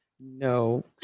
No